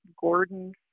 Gordon